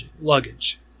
luggage